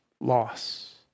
loss